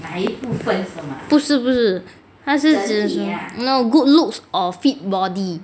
不是不是他是指 good looks or fit body